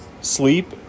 sleep